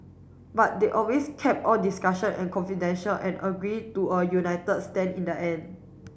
but they always kept all discussion confidential and agreed to a united stand in the end